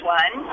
one